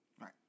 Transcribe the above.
Right